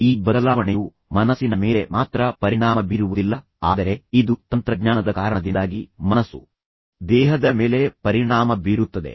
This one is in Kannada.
ಈ ಬದಲಾವಣೆಯು ಮನಸ್ಸಿನ ಮೇಲೆ ಮಾತ್ರ ಪರಿಣಾಮ ಬೀರುವುದಿಲ್ಲ ಆದರೆ ಇದು ತಂತ್ರಜ್ಞಾನದ ಕಾರಣದಿಂದಾಗಿ ಮನಸ್ಸು ದೇಹದ ಮೇಲೆ ಪರಿಣಾಮ ಬೀರುತ್ತದೆ